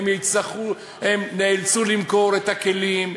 והם נאלצו למכור את הכלים,